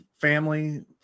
family